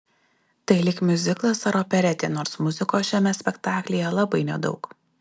tai lyg miuziklas ar operetė nors muzikos šiame spektaklyje labai nedaug